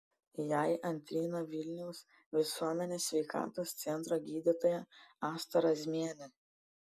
jai antrino vilniaus visuomenės sveikatos centro gydytoja asta razmienė